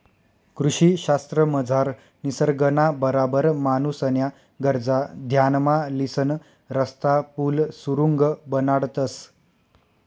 कृषी शास्त्रमझार निसर्गना बराबर माणूसन्या गरजा ध्यानमा लिसन रस्ता, पुल, सुरुंग बनाडतंस